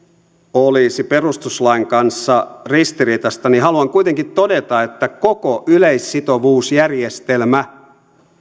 olisi perustuslain kanssa ristiriitaista niin haluan kuitenkin todeta että koko yleissitovuusjärjestelmä